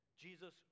Jesus